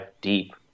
deep